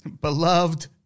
Beloved